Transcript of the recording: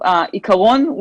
כך אין כאן היגיון אפידמיולוגי.